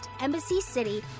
embassycity